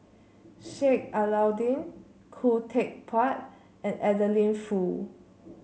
Sheik Alau'ddin Khoo Teck Puat and Adeline Foo